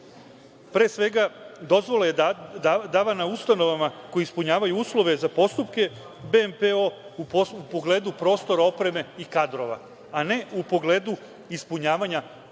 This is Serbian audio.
pre svega, dozvola je davana ustanovama koje ispunjavaju uslove za postupke BMPO u pogledu prostora, opreme i kadrova, a ne u pogledu ispunjavanja delatnosti